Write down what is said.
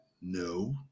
No